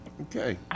Okay